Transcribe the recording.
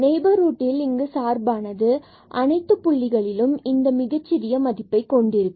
neighbourhood ல் இங்கு சார்பானது அனைத்துப் புள்ளிகளிலும் இந்த மிகச்சிறிய மதிப்பை கொண்டிருக்கும்